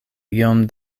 iom